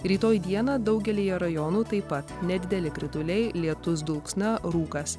rytoj dieną daugelyje rajonų taip pat nedideli krituliai lietus dulksna rūkas